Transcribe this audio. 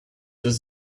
was